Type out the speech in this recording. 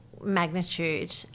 magnitude